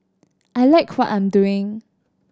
I like what I'm doing